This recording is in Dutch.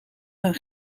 gaan